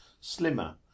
slimmer